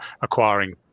acquiring